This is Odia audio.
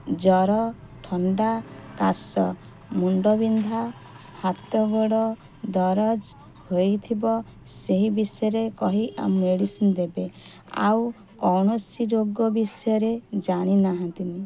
ଜ୍ଵର ଥଣ୍ଡା କାଶ ମୁଣ୍ଡବିନ୍ଧା ହାତଗୋଡ ଦରଜ ହୋଇଥିବ ସେହି ବିଷୟରେ କହି ଆଉ ମେଡ଼ିସିନ୍ ଦେବେ ଆଉ କୌଣସି ରୋଗ ବିଷୟରେ ଜାଣି ନାହାନ୍ତିନି